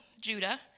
Judah